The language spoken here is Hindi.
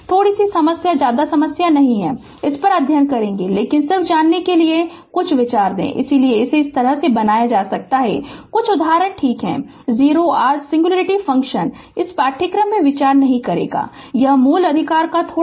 थोड़ी सी समस्या ज्यादा समस्या नहीं है इस पर अध्ययन करेंगे लेकिन सिर्फ जानने के लिए कुछ विचार दें इसलिए इसे इस तरह बनाया है कुछ उदाहरण ठीक है o r सिंग्लुरिटी फ़ंक्शन इस पाठ्यक्रम में विचार नहीं करेगा यह मूल अधिकार का थोड़ा सा ही है